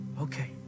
okay